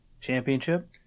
championship